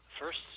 First